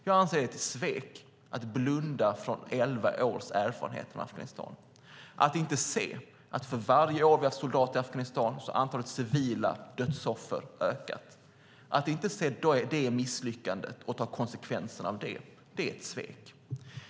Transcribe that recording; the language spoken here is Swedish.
Jag anser att det är ett svek att blunda för elva års erfarenheter från Afghanistan, att inte se att för varje år vi har haft soldater i Afghanistan har antalet civila dödsoffer ökat, att inte se det misslyckandet och ta konsekvenserna av det är ett svek.